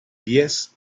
diez